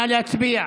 נא להצביע.